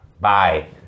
Bye